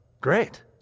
great